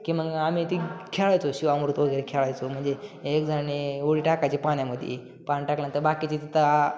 की मग आम्ही ती खेळायचो शिवामृत वगेरे खेळायचो म्हणजे एकजणानी उडी टाकायची पाण्यामध्ये पान टाकल्यानंतर बाकीचे तिथं